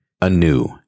anew